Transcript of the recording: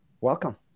welcome